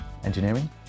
Engineering